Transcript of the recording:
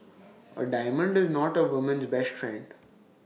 A diamond is not A woman's best friend